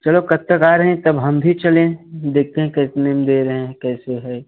चलो कब तक आ रहे हैं तब हम भी चलें देखते हैं कितने में दे रहे हैं कैसे है